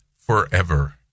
Forever